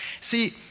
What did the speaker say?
See